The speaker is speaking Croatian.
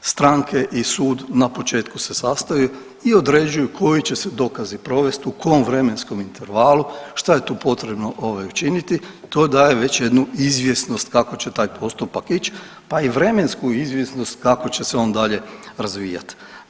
stranke i sud na početku se sastaju i određuju koji će se dokazi provest, u kom vremenskom intervalu, šta je tu potrebnu učiniti to daje već jednu izvijenost kako će taj postupak ić, pa i vremensku izvjesnost kako će se on dalje razvijat.